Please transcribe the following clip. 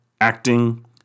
acting